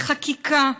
בחקיקה,